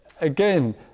again